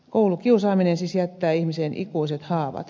koulukiusaaminen siis jättää ihmiseen ikuiset haavat